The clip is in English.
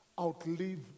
outlive